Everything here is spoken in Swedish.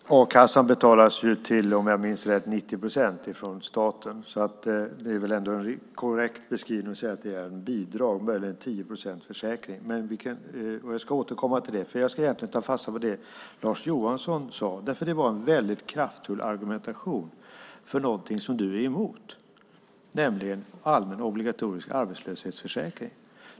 Herr talman! A-kassan betalas till, om jag minns rätt, 90 procent från staten. Det är väl därför en korrekt beskrivning att säga att det är ett bidrag. Det är möjligen 10 procents försäkring. Jag ska återkomma till det. Jag ska egentligen ta fasta på det som Lars Johansson sade. Det var nämligen en väldigt kraftfull argumentation för något som du är emot, nämligen en allmän och obligatorisk arbetslöshetsförsäkring.